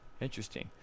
Interesting